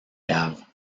caves